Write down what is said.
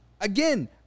again